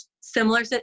similar